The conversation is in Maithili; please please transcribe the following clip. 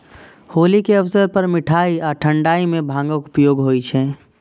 होली के अवसर पर मिठाइ आ ठंढाइ मे भांगक उपयोग होइ छै